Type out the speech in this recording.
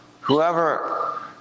Whoever